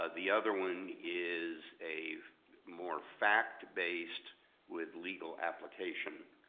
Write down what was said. ah the other one is a more fact-based with legal application.